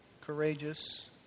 courageous